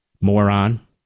moron